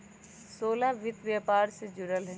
सोहेल वित्त व्यापार से जुरल हए